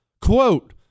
Quote